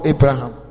Abraham